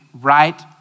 right